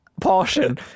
Portion